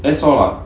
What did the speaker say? that's all lah